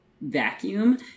vacuum